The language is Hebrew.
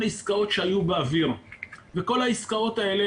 עסקאות שהיו באוויר וכל העסקאות האלה,